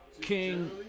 King